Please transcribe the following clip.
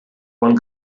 one